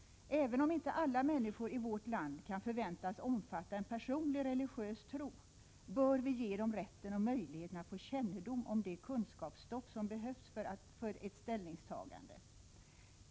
Även om inte alla människor i vårt land kan förväntas omfatta en personlig religiös tro, bör vi ge dem rätten och möjligheten att få kännedom om det kunskapsstoff som behövs för ett ställningstagande.